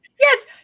Yes